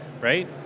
right